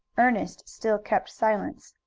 ernest still kept silence,